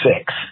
six